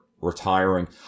retiring